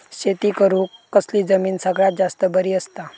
शेती करुक कसली जमीन सगळ्यात जास्त बरी असता?